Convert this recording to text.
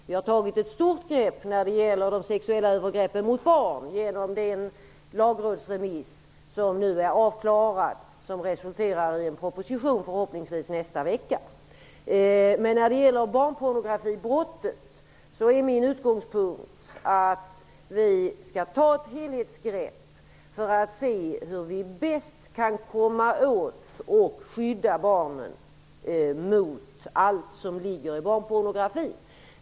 Vi har tagit ett stort grepp när det gäller de sexuella övergreppen mot barn genom den lagrådsremiss som nu är avklarad. Den resulterar i en proposition som förhoppningsvis kommer nästa vecka. När det gäller barnpornografibrottet vill jag säga att min utgångspunkt är att vi skall ta ett helhetsgrepp för att se hur vi bäst kan komma åt detta och skydda barnen mot allt som har med barnpornografi att göra.